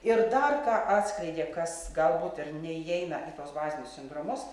ir dar ką atskleidė kas galbūt ir neįeina į tuos bazinius sindromus